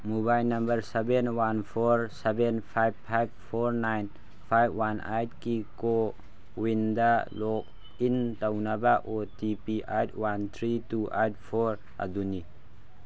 mobile number seven one four seven five five four nine five one ꯑꯥꯏꯠꯀꯤ ꯀꯣꯋꯤꯟꯗ login ꯇꯧꯅꯕ O T P eight one three two eight four ꯑꯗꯨꯅꯤ